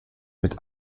mit